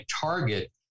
target